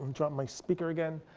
dropped my speaker again.